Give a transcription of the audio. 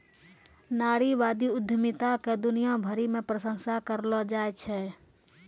नारीवादी उद्यमिता के दुनिया भरी मे प्रशंसा करलो जाय छै